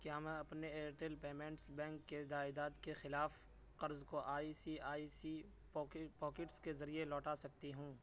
کیا میں اپنے ایئرٹیل پیمنٹس بینک کے جائیداد کے خلاف قرض کو I C I C pockets کے ذریعے لوٹا سکتی ہوں